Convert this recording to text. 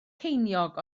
ceiniog